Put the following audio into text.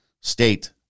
state